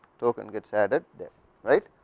token gets added there right,